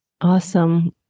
Awesome